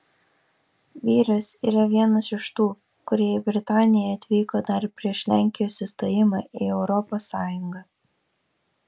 vyras yra vienas iš tų kurie į britaniją atvyko dar prieš lenkijos įstojimą į europos sąjungą